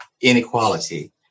inequality